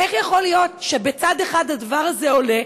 איך יכול להיות שבצד אחד הדבר הזה עולה,